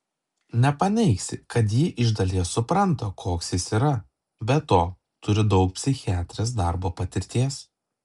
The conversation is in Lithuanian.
nepaneigsi kad ji iš dalies supranta koks jis yra be to turi daug psichiatrės darbo patirties